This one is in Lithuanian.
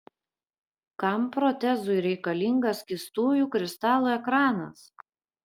kam protezui reikalingas skystųjų kristalų ekranas